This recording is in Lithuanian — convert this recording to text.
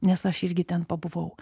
nes aš irgi ten pabuvau